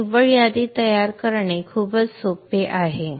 तर निव्वळ यादी तयार करणे खूपच सोपे आहे